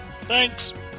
thanks